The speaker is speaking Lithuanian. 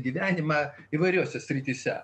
gyvenimą įvairiose srityse